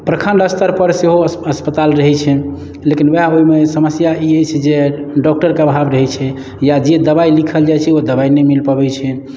प्रखण्ड स्तर पर सेहो अस्पताल रहै छै लेकिन वएह ओहि मे समस्या ई अछि जे डॉक्टरके अभाव रहै छै जे दबाइ लिखल जाइ छै ओ दबाइ नहि मिल पबै छै